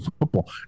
football